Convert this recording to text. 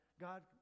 God